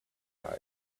guys